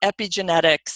epigenetics